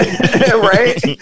Right